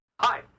Hi